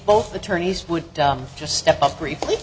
both attorneys would just step up briefly